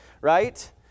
right